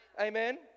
Amen